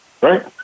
right